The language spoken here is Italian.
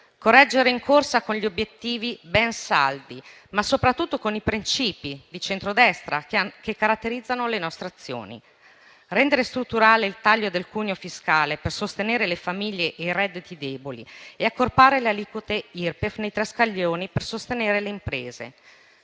correggere in corsa con gli obiettivi ben saldi, ma soprattutto con i princìpi di centrodestra che caratterizzano le nostre azioni: rendere strutturale il taglio del cuneo fiscale per sostenere le famiglie e i redditi deboli e accorpare le aliquote Irpef nei tre scaglioni per sostenere le imprese;